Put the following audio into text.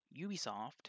Ubisoft